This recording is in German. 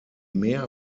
mehr